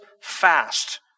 fast